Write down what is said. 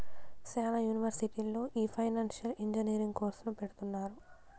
శ్యానా యూనివర్సిటీల్లో ఈ ఫైనాన్సియల్ ఇంజనీరింగ్ కోర్సును పెడుతున్నారు